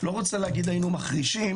לא רוצה להגיד שהיינו מחרישים,